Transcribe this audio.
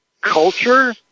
culture